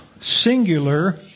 singular